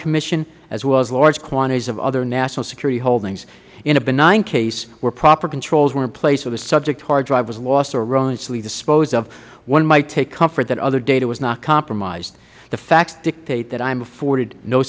commission as well as large quantities of other national security holdings in a benign case where proper controls were in place and a subject hard drive was lost or ruinously disposed of one might take comfort that other data was not compromised the facts dictate that i am afforded no